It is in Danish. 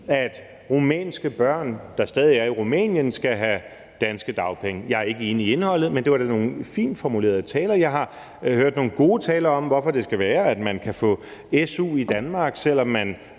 at rumænske børn, der stadig er i Rumænien, skal have danske dagpenge. Jeg er ikke enig i indholdet, men det var nogle fint formulerede taler, og jeg har hørt nogle gode taler om, hvorfor det skal være sådan, at man skal kunne få su i Danmark, selv om man